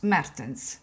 Mertens